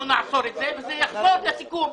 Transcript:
אנחנו נעצור את זה וזה יחזור לסיכום.